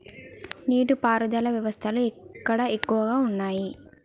నీటి పారుదల వ్యవస్థలు ఎక్కడ ఎక్కువగా ఉన్నాయి?